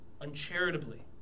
uncharitably